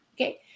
Okay